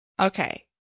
Okay